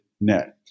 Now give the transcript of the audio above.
net